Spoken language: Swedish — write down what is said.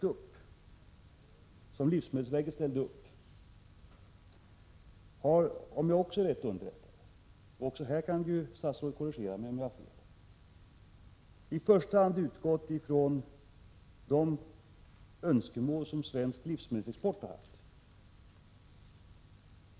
De krav som livsmedelsverket ställde upp har, om jag är rätt underrättad — också här kan statsrådet korrigera mig om jag har fel — i första hand utgått ifrån de önskemål som svensk livsmedelsexport har haft.